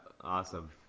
Awesome